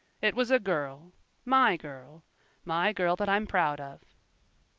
it was a girl my girl my girl that i'm proud of.